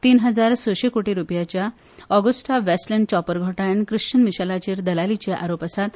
तिन हजार शशे कोटी रुपयांच्या ऑग़ुस्टा वेस्टलेंड चॉपर घोटाळ्यान क्रिश्चन मिशेलाचेर दलालीचे आरोप आसात